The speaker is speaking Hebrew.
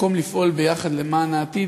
במקום לפעול יחד למען העתיד,